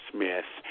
Smith